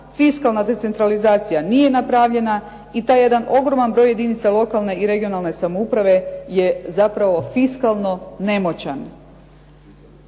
Fiskalna decentralizacija nije napravljena i taj jedan ogroman broj jedinica lokalne i regionalne samouprave je zapravo fiskalno nemoćan.